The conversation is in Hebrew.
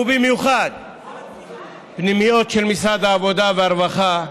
ובמיוחד פנימיות של משרד העבודה והרווחה,